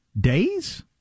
days